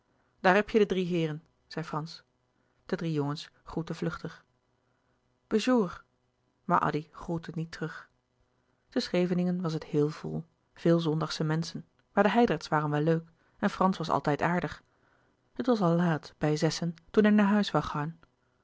daar heb je de drie heeren zei frans de drie jongens groetten vluchtig bejour maar addy groette niet terug te scheveningen was het heel vol veel zondagsche menschen maar de hijdrechts waren wel leuk en frans was altijd aardig het was al laat bij zessen toen hij naar huis woû gaan